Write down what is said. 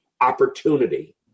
opportunity